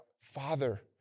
Father